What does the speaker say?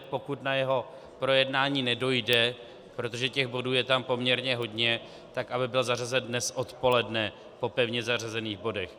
Pokud na jeho projednání nedojde, protože těch bodů je tam poměrně hodně, tak aby byl zařazen dnes odpoledne po pevně zařazených bodech.